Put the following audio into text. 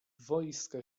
wojska